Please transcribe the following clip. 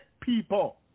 people